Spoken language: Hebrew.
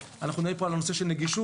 אנחנו מדברים פה על הנושא של נגישות,